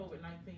COVID-19